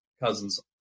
Cousins